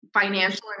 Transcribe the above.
financial